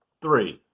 three.